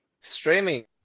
streaming